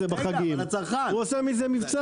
והתאגיד אומר לו: "אין לי עשרה פקחים לתת